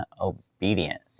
obedient